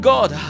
God